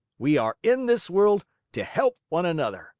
we are in this world to help one another